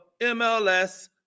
MLS